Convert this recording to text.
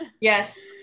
yes